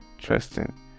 trusting